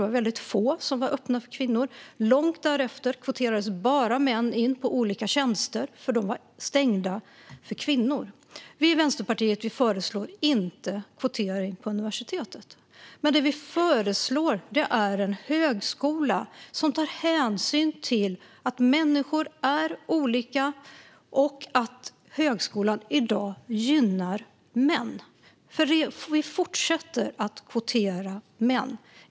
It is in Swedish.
Det var väldig få som var öppna för kvinnor. Långt därefter kvoterades bara män in på olika tjänster, för de var stängda för kvinnor. Vi i Vänsterpartiet föreslår inte kvotering på universitetet. Det vi föreslår är en högskola som tar hänsyn till att människor är olika och att högskolan i dag gynnar män. För vi fortsätter att kvotera män.